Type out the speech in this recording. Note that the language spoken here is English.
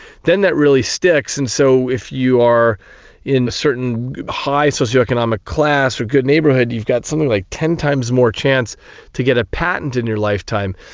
then that really sticks. and so if you are in a certain high socio-economic class or good neighbourhood you've got something like ten times more chance to get a patent in your lifetime.